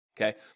Okay